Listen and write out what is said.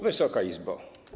Wysoka Izbo!